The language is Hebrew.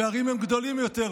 הפערים הם גדולים יותר,